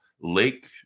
Lake